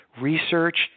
research